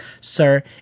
sir